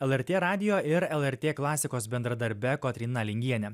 lrt radijo ir lrt klasikos bendradarbe kotryna lingiene